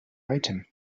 item